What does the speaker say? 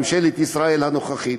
ממשלת ישראל הנוכחית.